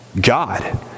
God